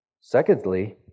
Secondly